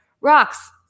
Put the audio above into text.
rocks